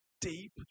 deep